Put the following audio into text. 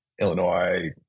illinois